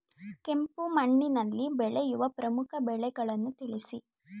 ಕೆಂಪು ಮಣ್ಣಿನಲ್ಲಿ ಬೆಳೆಯುವ ಪ್ರಮುಖ ಬೆಳೆಗಳನ್ನು ತಿಳಿಸಿ?